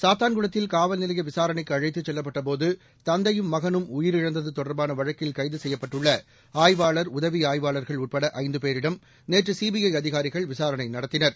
சாத்தான்குளத்தில் காவல்நிலைய விசாணைக்கு அழைத்துச் செல்லப்பட்டபோது தந்தையும் மகனும் உயிரிழந்தது தொடர்பான வழக்கில் கைது செய்யப்பட்டுள்ள ஆய்வாளர் உதவி ஆய்வாளர்கள் உட்பட ஐந்து பேரிடம் நேற்று சிபிஐ அதிகாரிகள் விசாரணை நடத்தினர்